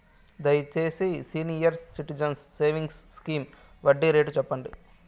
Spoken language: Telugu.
దయచేసి సీనియర్ సిటిజన్స్ సేవింగ్స్ స్కీమ్ వడ్డీ రేటు సెప్పండి